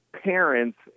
parents